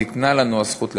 ניתנה לנו הזכות לתקן.